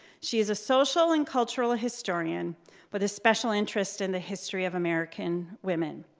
she is a social and cultural ah historian with a special interest in the history of american women.